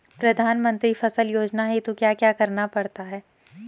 प्रधानमंत्री फसल योजना हेतु क्या क्या करना पड़ता है?